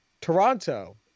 Toronto